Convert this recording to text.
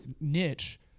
niche